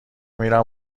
میرم